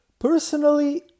Personally